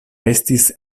estis